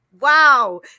Wow